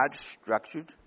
structured